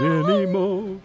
anymore